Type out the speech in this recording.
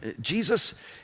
Jesus